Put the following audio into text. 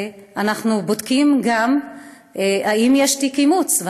אנחנו בודקים גם אם יש תיק אימוץ,